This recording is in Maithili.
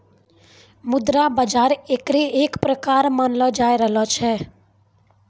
मुद्रा बाजार एकरे एक प्रकार मानलो जाय रहलो छै